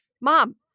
mom